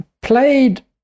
Played